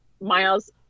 Miles